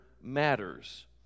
matters